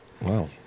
Wow